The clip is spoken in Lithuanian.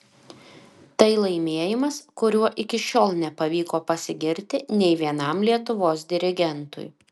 tai laimėjimas kuriuo iki šiol nepavyko pasigirti nei vienam lietuvos dirigentui